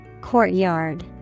Courtyard